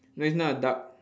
no it's not a duck